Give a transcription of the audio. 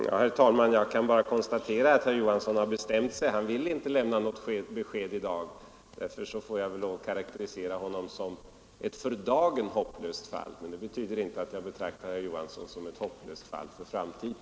Herr talman! Jag kan bara konstatera att herr Johansson i Trollhättan har bestämt sig — han vill inte lämna något besked i dag. Därför får jag väl lov att karakterisera honom som ett för dagen hopplöst fall. Det betyder inte att jag betraktar herr Johansson som ett hopplöst fall för framtiden.